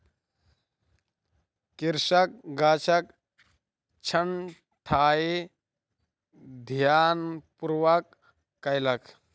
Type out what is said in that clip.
कृषक गाछक छंटाई ध्यानपूर्वक कयलक